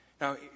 Now